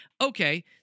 Okay